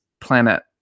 planet